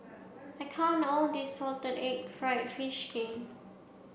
I can't all of this salted egg fried fish kin